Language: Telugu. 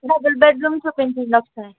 డబుల్ బెడ్రూమ్ చూపించండి ఒకసారి